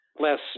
less